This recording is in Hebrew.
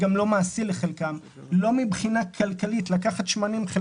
מעשית וכלכלית לקחת את השמנים המוגמרים,